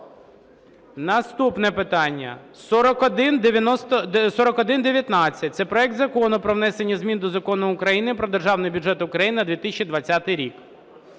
Наступне питання 4119 – це проект Закону про внесення змін до Закону України "Про Державний бюджет України на 2020 рік".